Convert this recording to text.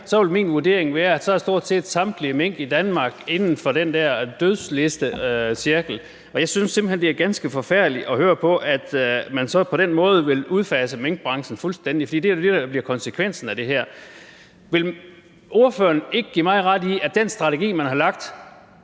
vil min vurdering være, at stort set samtlige mink i Danmark er inden for den der dødslistecirkel, og jeg synes simpelt hen, det er ganske forfærdeligt at høre på, at man så på den måde vil udfase minkbranchen fuldstændig. For det er jo det, der bliver konsekvensen af det her. Vil ordføreren ikke give mig ret i, at den strategi, man har lagt